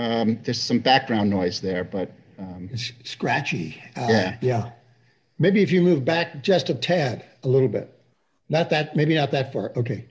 think there's some background noise there but it's scratchy yeah maybe if you move back just a tad a little bit not that maybe not that far ok